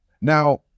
Now